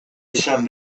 izan